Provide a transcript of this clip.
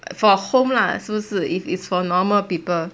for home lah 是不是 if it's for normal people